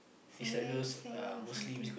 farewell farewell or something